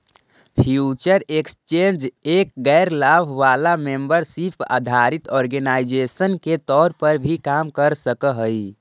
future exchange एक गैर लाभ वाला मेंबरशिप आधारित ऑर्गेनाइजेशन के तौर पर भी काम कर सकऽ हइ